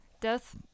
death